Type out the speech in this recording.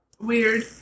Weird